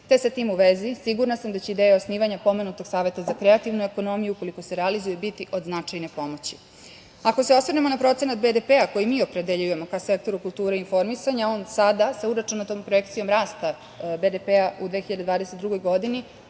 te sa tim u vezi sigurna sam da će ideja osnivanja pomenutog saveta za kreativnu ekonomiju, ukoliko se realizuje, biti od značajne pomoći. Ako se osvrnemo na procena BDP koji mi opredeljujemo ka sektoru kulture i informisanja on sada sa uračunatom korekcijom rasta BDP u 2022. godini